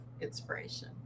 inspiration